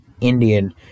Indian